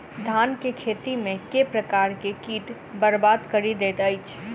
धान केँ खेती मे केँ प्रकार केँ कीट बरबाद कड़ी दैत अछि?